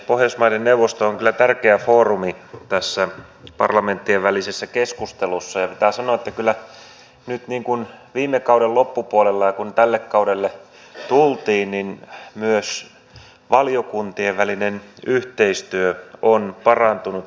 pohjoismaiden neuvosto on kyllä tärkeä foorumi tässä parlamenttienvälisessä keskustelussa ja pitää sanoa että kyllä nyt viime kauden loppupuolella ja silloin kun tälle kaudelle tultiin myös valiokuntien välinen yhteistyö on parantunut